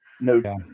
no